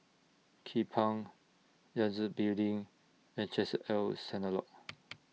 Kupang Yangtze Building and Chesed El Synagogue